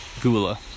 gula